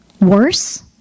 Worse